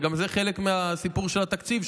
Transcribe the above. וגם זה חלק מהסיפור של התקציב,